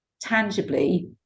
tangibly